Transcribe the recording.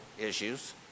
issues